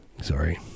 Sorry